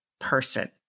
person